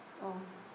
oh